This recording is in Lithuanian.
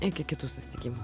iki kitų susitikimų